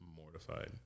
mortified